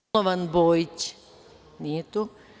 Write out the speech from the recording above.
Milovan Bojić nije tu.